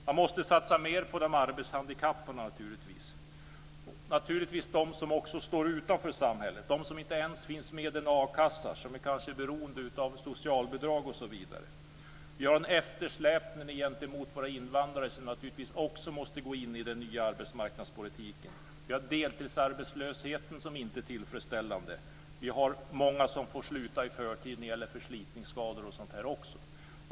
Man måste satsa mer på de arbetshandikappade och de som står utanför samhället och inte ens finns med i en a-kassa och som kanske är beroende av socialbidrag osv. Vi har en eftersläpning gentemot våra invandrare, som också måste gå in i den nya arbetsmarknadspolitiken. Vi har deltidsarbetslösheten, som inte är tillfredsställande. Vi har också många som får sluta i förtid med förslitningsskador och sådant.